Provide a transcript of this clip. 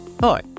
Hi